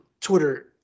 Twitter